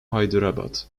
hyderabad